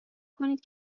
کنید